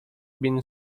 been